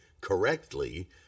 correctly